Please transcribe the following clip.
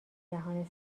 جهان